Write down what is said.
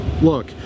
Look